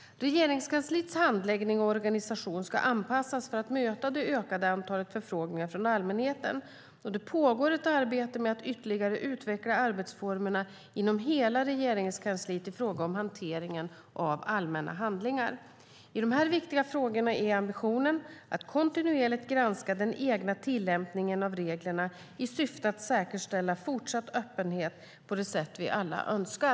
Regeringskansliets handläggning och organisation ska anpassas för att möta det ökade antalet förfrågningar från allmänheten. Det pågår ett arbete med att ytterligare utveckla arbetsformerna inom hela Regeringskansliet i fråga om hanteringen av allmänna handlingar. I de här viktiga frågorna är ambitionen att kontinuerligt granska den egna tillämpningen av reglerna i syfte att säkerställa fortsatt öppenhet på det sätt vi alla önskar.